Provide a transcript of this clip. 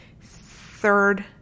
third